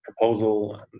proposal